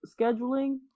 Scheduling